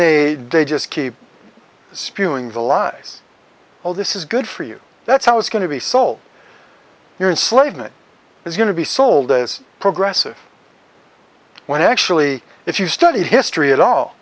they they just keep spewing the lies all this is good for you that's how it's going to be sold here in slave it is going to be sold as progressive when actually if you study history at all